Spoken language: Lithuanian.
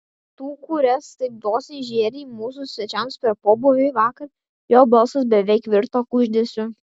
tų kurias taip dosniai žėrei mūsų svečiams per pobūvį vakar jo balsas beveik virto kuždesiu